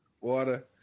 water